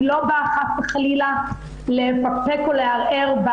אני לא באה חס וחלילה לפקפק או לערער על